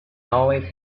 always